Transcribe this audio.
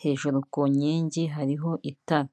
hejuru ku nkingi hariho itara.